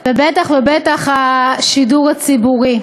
ובטח ובטח השידור הציבורי.